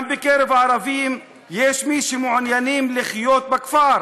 גם בקרב הערבים יש מי שמעוניינים לחיות בכפר